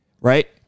right